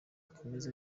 akomeza